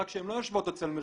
רק שהן לא יושבות אצל מרכז.